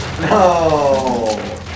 No